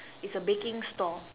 it's a baking store